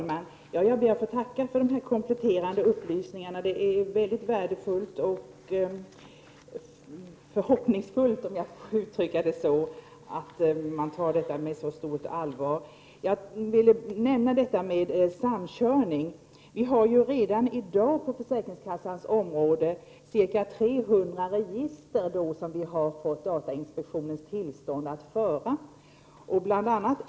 Herr talman! Jag ber att få tacka för dessa kompletterande upplysningar. Det är mycket värdefullt och förhoppningsfullt att man tar detta med så stort allvar. Jag vill ta upp frågan om samkörning. Redan i dag finns ca 300 register på försäkringskassans område som datainspektionen har givit sitt tillstånd till.